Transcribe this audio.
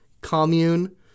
commune